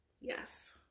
Yes